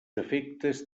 efectes